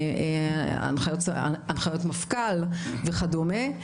הנחיות מפכ"ל וכדומה.